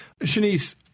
Shanice